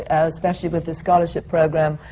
and especially with the scholarship program.